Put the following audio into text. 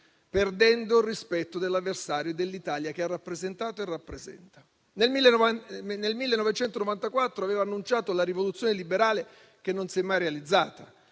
perdendo il rispetto dell'avversario e dell'Italia che ha rappresentato e rappresenta. Nel 1994 aveva annunciato la rivoluzione liberale che non si è mai realizzata.